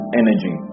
energy